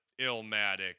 Illmatic